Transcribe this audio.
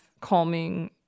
calming